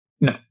No